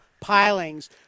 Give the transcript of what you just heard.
pilings